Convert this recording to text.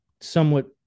somewhat